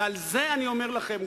ועל זה אני אומר לכם,